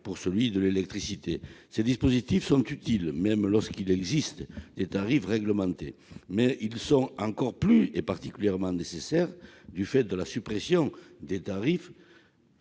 pour celui de l'électricité. Ces dispositifs sont utiles, même lorsqu'il existe des tarifs réglementés. Plus encore, ils sont particulièrement nécessaires du fait de la suppression des tarifs